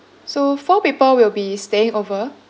so four people will be staying over